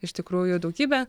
iš tikrųjų daugybę